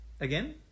again